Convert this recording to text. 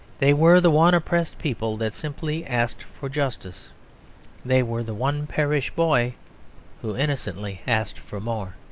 they were the one oppressed people that simply asked for justice they were the one parish boy who innocently asked for more.